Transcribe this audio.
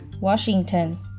Washington